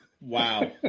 Wow